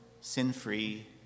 sin-free